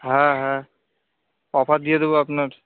হ্যাঁ হ্যাঁ অফার দিয়ে দেবো আপনার